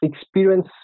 experience